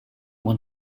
want